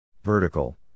Vertical